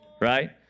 Right